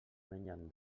mengen